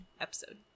episode